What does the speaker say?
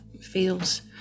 feels